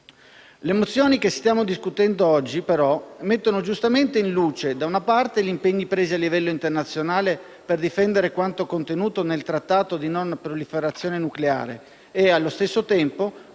Le mozioni che stiamo discutendo oggi, però, mettono giustamente in luce gli impegni assunti a livello internazionale per difendere quanto contenuto nel trattato di non proliferazione nucleare e, allo stesso tempo,